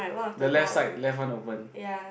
the left side left one open